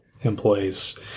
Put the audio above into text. employees